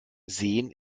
sehen